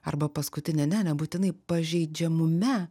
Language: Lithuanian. arba paskutinė ne nebūtinai pažeidžiamume